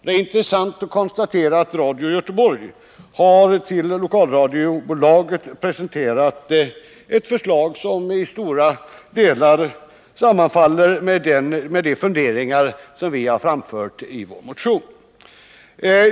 Det är intressant att konstatera att Radio Göteborg för lokalradiobolaget har presenterat förslag som i stora delar sammanfaller med de funderingar som vi har framfört i vår motion.